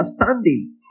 understanding